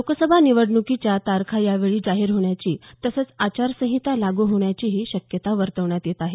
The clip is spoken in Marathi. लोकसभा निवडण्कीच्या तारखा यावेळी जाहीर होण्याची तसंच आचारसंहिता लागू होण्याचीही शक्यता वर्तवण्यात येत आहे